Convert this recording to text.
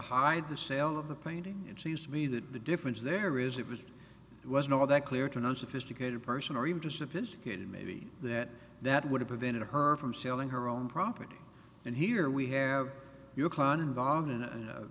hide the sale of the painting it seems to me that the difference there is it was it wasn't all that clear to no sophisticated person or even too sophisticated maybe that that would have prevented her from selling her own property and here we have your client involved in